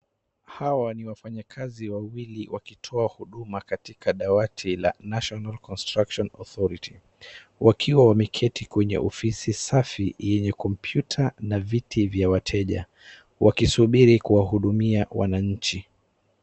Hawa ni wafanyakazi wawili wakitoa huduma katika dawati la national construction authority , wakiwa wameketi kwenye ofisi safi yenye kompyuta na viti vya wateja